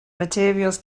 materials